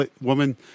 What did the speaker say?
woman